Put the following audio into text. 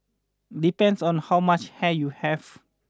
depends on how much hair you have